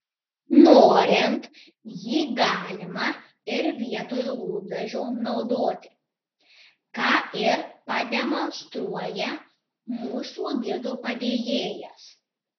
norint jį galima ir vietoj lūpdažio naudoti ką ir pademonstruoja mūsų gido padėjėjas